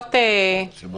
לפחות בוועדת החוקה הנוכחית,